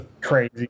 crazy